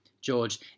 George